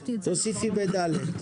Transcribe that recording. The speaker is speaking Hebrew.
כן.